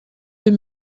deux